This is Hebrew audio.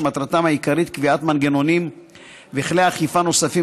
שמטרתם העיקרית היא קביעת מנגנונים וכלי אכיפה נוספים